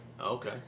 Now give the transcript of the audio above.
Okay